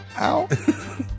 Ow